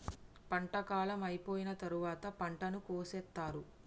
పంట కాలం అయిపోయిన తరువాత పంటను కోసేత్తారు